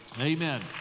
Amen